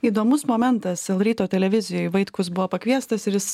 įdomus momentas l ryto televizijoj vaitkus buvo pakviestas ir jis